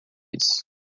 isso